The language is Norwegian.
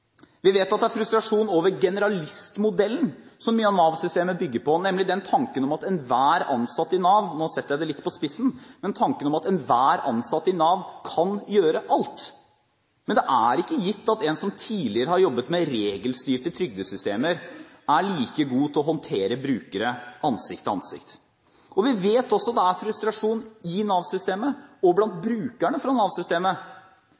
Vi vet at det er frustrasjon over generalistmodellen som Nav-systemet bygger på, nemlig tanken om at enhver ansatt i Nav – nå setter jeg det litt på spissen – kan gjøre alt. Men det er ikke gitt at en som tidligere har jobbet med regelstyrte trygdesystemer, er like god til å håndtere brukere ansikt til ansikt. Vi vet også at det er frustrasjon i Nav-systemet og blant